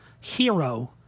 hero